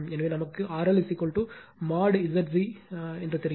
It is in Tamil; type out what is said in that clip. எனவே நமக்கு RL mod Zg தெரியும்